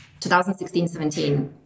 2016-17